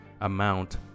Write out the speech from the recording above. amount